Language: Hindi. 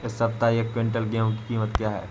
इस सप्ताह एक क्विंटल गेहूँ की कीमत क्या है?